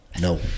No